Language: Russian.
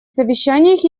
совещаниях